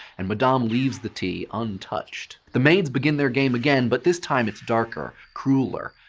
and madame leaves the tea untouched. the maids begin their game again, but this time it's darker, crueler,